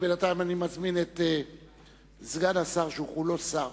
בינתיים אני מזמין את סגן השר, שהוא כולו שר,